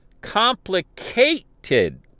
complicated